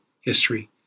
history